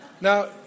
Now